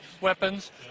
weapons